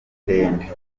ndende